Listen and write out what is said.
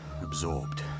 Absorbed